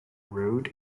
road